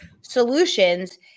solutions